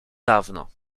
dawno